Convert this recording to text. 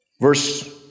Verse